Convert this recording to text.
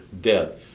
death